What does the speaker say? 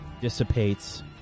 dissipates